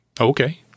Okay